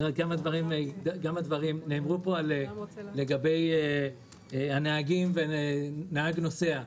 דובר כאן על הנהגים ועל יחסי נהג נוסע.